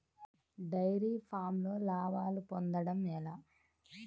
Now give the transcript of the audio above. Dairy ఫామ్లో లాభాలు పొందడం ఎలా?